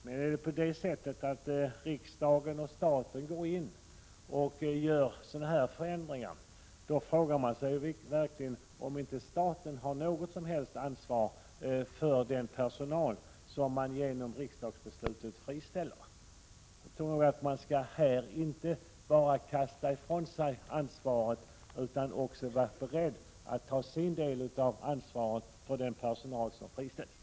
Men är det så att staten går in med sådana här förändringar, frågar man sig verkligen om inte staten har något som helst ansvar för den personal som genom riksdagsbeslutet friställs. Jag tror att staten inte bara skall kasta ifrån sig ansvaret utan måste vara beredd att ta sin del av ansvaret för den personal som friställs.